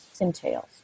entails